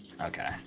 Okay